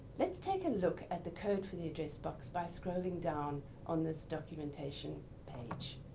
let's take a look at the code for the address box by scrolling down on this documentation page.